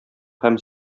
һәм